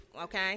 okay